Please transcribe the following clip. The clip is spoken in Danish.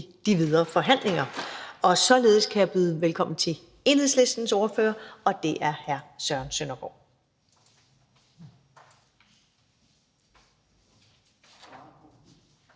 de videre forhandlinger. Således kan jeg byde velkommen til Enhedslistens ordfører, og det er hr. Søren Søndergaard.